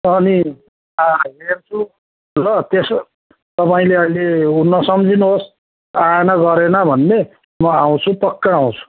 अनि हेर्छु ल त्यसो तपाईँले अहिले उ नसम्झुहोस् आएन गरेन भन्ने म आउँछु पक्का आउँछु